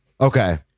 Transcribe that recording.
Okay